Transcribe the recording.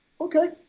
Okay